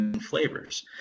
flavors